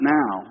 now